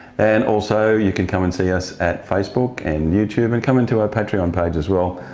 and also, you can come and see us at facebook, and youtube, and come in to our patreon page as well,